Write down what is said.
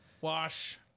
Wash